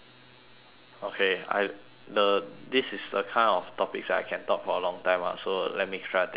okay I the this is the kind of topics that I can talk for a long time ah so let me try and think of more